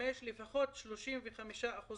35%